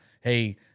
hey